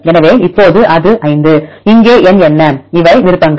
எனவே இப்போது அது 5 இங்கே எண் என்ன இவை விருப்பங்கள்